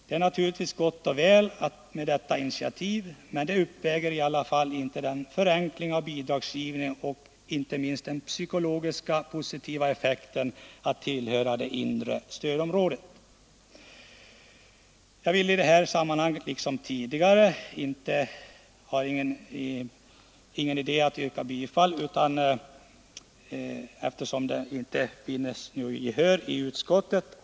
Det är naturligtvis gott och väl med detta initiativ, men det uppväger inte den förenkling av bidragsgivningen och, vilket är inte minst betydelsefullt, den positiva psykologiska effekt som det innebär att tillhöra inre stödområdet. Det är emellertid inte heller i det här fallet någon idé att yrka bifall till motionen, eftersom den inte vunnit något gehör i utskottet.